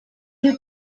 you